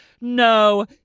no